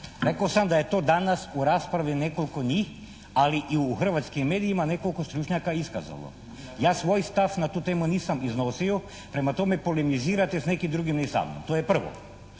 Rekao sam da je to danas u raspravi nekoliko njih ali i u hrvatskim medijima nekoliko stručnjaka iskazalo. Ja svoj stav na tu temu nisam iznosio, prema tome polemizirajte s nekim drugim a ne sa mnom. To je prvo.